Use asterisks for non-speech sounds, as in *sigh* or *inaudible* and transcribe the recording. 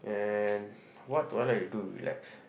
and *breath* what do I like to do to relax